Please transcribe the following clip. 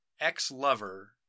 ex-lover